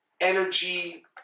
energy